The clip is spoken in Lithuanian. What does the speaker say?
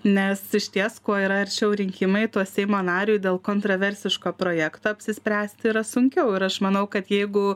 nes išties kuo yra arčiau rinkimai tuo seimo nariui dėl kontroversiško projekto apsispręsti yra sunkiau ir aš manau kad jeigu